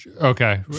okay